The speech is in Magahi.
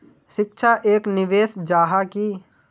शिक्षा एक निवेश जाहा की?